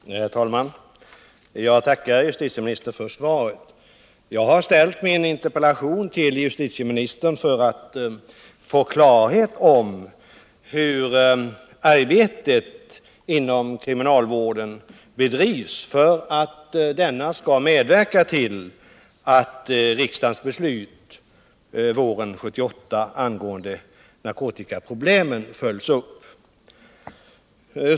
Herr talman! Jag tackar justitieministern för svaret. Jag har riktat min interpellation till justitieministern i syfte att få klarhet i hur arbetet inom kriminalvården bedrivs för att denna skall medverka till att riksdagens beslut våren 1978 angående narkotikaproblemen följs upp.